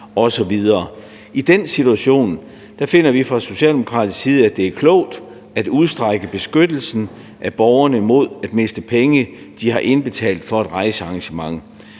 osv. I den situation finder vi fra socialdemokratisk side, at det er klogt at udstrække beskyttelsen af borgerne mod at miste penge, de har betalt for et rejsearrangement.